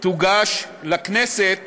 תוגש לכנסת